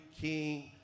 King